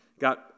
got